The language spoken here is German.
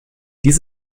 dies